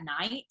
night